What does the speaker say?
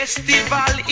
Festival